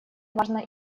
важно